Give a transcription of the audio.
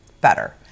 better